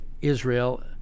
Israel